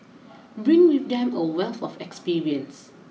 bring with them a wealth of experience